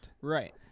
Right